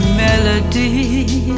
melody